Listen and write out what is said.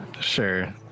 Sure